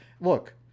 Look